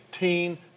18